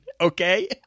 okay